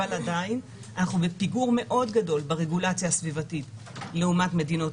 אבל עדיין אנחנו בפיגור מאוד גדול ברגולציה הסביבתית לעומת מדינות